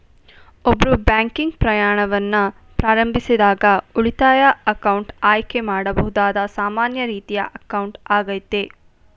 ಒಬ್ರು ಬ್ಯಾಂಕಿಂಗ್ ಪ್ರಯಾಣವನ್ನ ಪ್ರಾರಂಭಿಸಿದಾಗ ಉಳಿತಾಯ ಅಕೌಂಟ್ ಆಯ್ಕೆ ಮಾಡಬಹುದಾದ ಸಾಮಾನ್ಯ ರೀತಿಯ ಅಕೌಂಟ್ ಆಗೈತೆ